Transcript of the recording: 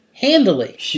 Handily